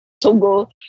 Togo